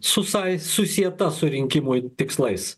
susai susieta surinkimui tikslais